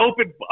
open –